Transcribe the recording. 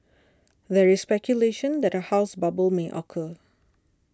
there is speculation that a house bubble may occur